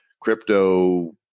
crypto